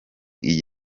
iyi